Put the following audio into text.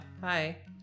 Hi